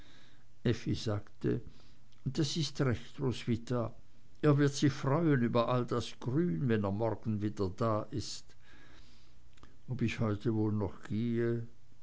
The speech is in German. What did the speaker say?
sagte das ist recht roswitha er wird sich freuen über all das grün wenn er morgen wieder da ist ob ich heute wohl noch gehe